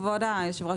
כבוד היושב-ראש.